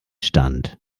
stand